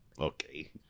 Okay